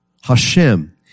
Hashem